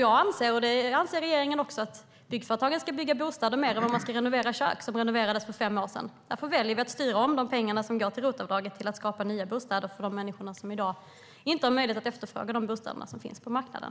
Jag anser, och det anser regeringen också, att byggföretagen ska bygga bostäder mer än de ska renovera kök som renoverades för fem år sedan. Därför väljer vi att styra om pengarna som går till ROT-avdraget till att skapa nya bostäder för de människor som i dag inte har möjlighet att efterfråga de bostäder som finns på marknaden.